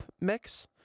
mix